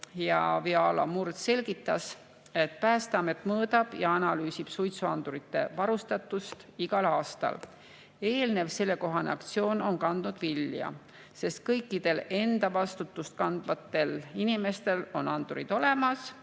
Viola Murd selgitas, et Päästeamet mõõdab ja analüüsib suitsuandurite varustatust igal aastal. Eelnev sellekohane aktsioon on kandnud vilja, sest kõikidel enda vastutust kandvatel inimestel on andurid olemas,